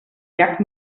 llac